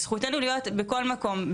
זכותנו להיות בכל מקום,